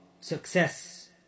success